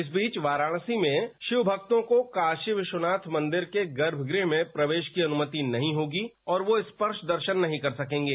इस बीच वाराणसी में शिव भक्तों को काशी विश्वनाथ मंदिर के गर्भगृह में प्रवेश की अनुमति नहीं होगी और वह स्पर्श दर्शन नहीं कर सकेंगे